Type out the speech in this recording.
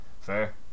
fair